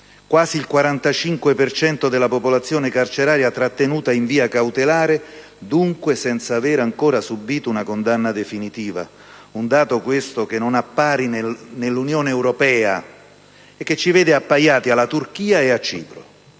quasi il 45 per cento della popolazione carceraria trattenuta in via cautelare, dunque senza aver ancora subito una condanna definitiva, un dato questo che non ha pari nell'Unione europea e che ci vede appaiati alla Turchia e a Cipro;